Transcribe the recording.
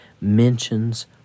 mentions